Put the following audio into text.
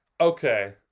Okay